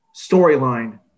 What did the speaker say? storyline